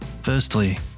Firstly